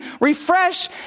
refresh